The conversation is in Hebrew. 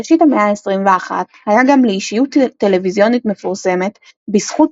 בראשית המאה ה-21 היה גם לאישיות טלוויזיונית מפורסמת בזכות